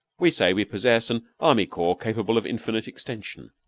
we say we possess an army corps capable of indefinite extension.